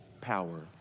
power